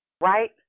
right